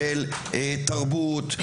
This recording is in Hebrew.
של תרבות,